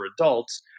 adults